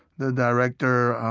the director